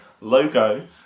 logo